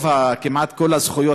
כמעט כל הזכויות,